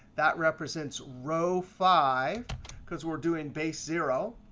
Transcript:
that represents row five because we're doing base zero.